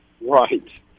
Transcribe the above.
right